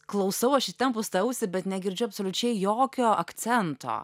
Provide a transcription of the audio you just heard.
klausau aš įtempus tą ausį bet negirdžiu absoliučiai jokio akcento